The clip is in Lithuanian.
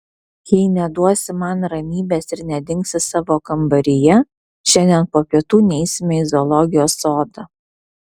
jei neduosi man ramybės ir nedingsi savo kambaryje šiandien po pietų neisime į zoologijos sodą